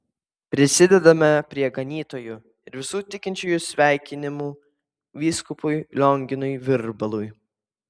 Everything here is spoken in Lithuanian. prisidedame prie ganytojų ir visų tikinčiųjų sveikinimų vyskupui lionginui virbalui